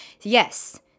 Yes